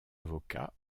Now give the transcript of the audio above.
avocat